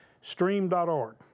Stream.org